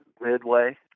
Midway